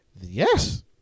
Yes